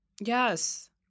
Yes